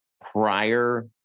prior